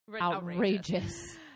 outrageous